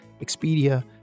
Expedia